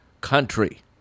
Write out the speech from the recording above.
country